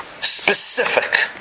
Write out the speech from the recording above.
specific